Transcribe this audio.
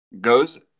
goes